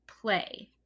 play